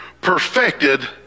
perfected